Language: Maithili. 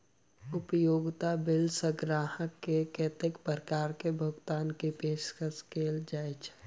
उपयोगिता बिल सऽ ग्राहक केँ कत्ते प्रकार केँ भुगतान कऽ पेशकश कैल जाय छै?